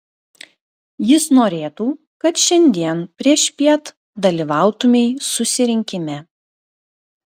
jis norėtų kad šiandien priešpiet dalyvautumei susirinkime